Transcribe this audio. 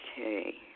Okay